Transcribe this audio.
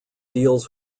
deals